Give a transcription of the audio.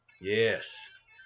yes